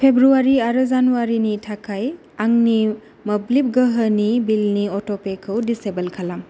फेब्रुवारि आरो जानुवारिनि थाखाय आंनि मोब्लिब गोहोनि बिलनि अट'पेखौ दिसेबोल खालाम